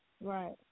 Right